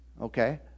Okay